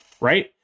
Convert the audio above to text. Right